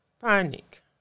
panic